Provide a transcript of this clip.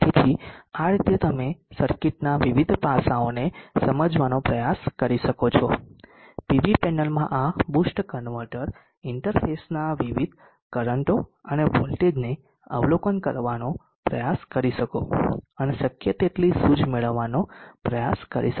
તેથી આ રીતે તમે સર્કિટના વિવિધ પાસાંઓને સમજવાનો પ્રયાસ કરી શકો છો પીવી પેનલમાં આ બૂસ્ટ કન્વર્ટર ઇંટરફેસનાં વિવિધ કરંટો અને વોલ્ટેજને અવલોકન કરવાનો પ્રયાસ કરી શકો અને શક્ય તેટલી સૂઝ મેળવવાનો પ્રયાસ કરી શકો છો